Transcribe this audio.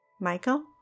Michael